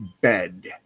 bed